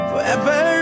Forever